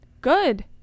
good